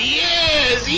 yes